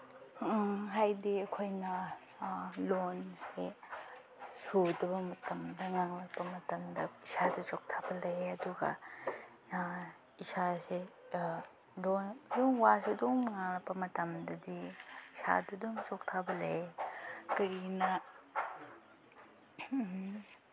ꯍꯥꯏꯗꯤ ꯑꯩꯈꯣꯏꯅ ꯂꯣꯟꯁꯦ ꯁꯨꯗꯕ ꯃꯇꯝꯗ ꯉꯥꯡꯂꯛꯄ ꯃꯇꯝꯗ ꯏꯁꯥꯗ ꯆꯣꯛꯊꯕ ꯂꯩꯌꯦ ꯑꯗꯨꯒ ꯏꯁꯥꯥꯁꯦ ꯂꯣꯟ ꯑꯗꯨꯝ ꯋꯥꯁꯨ ꯑꯗꯨꯝ ꯉꯥꯡꯂꯛꯄ ꯃꯇꯝꯗꯗꯤ ꯏꯁꯥꯗ ꯑꯗꯨꯝ ꯆꯣꯛꯊꯕ ꯂꯩ ꯀꯔꯤꯒꯤꯅ